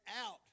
out